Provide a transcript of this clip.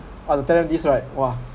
I to tell them this right !wah!